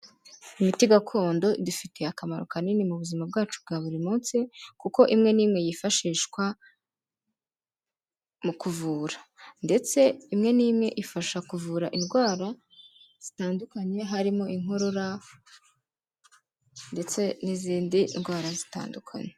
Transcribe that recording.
Imiti gakondo idufitiye akamaro kanini mu buzima bwacu bwa buri munsi kuko imwe n'imwe yifashishwa mu kuvura ndetse imwe n'imwe ifasha kuvura indwara zitandukanye harimo inkorora ndetse n'izindi ndwara zitandukanye.